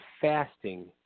fasting